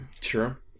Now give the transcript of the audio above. Sure